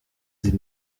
sie